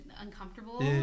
uncomfortable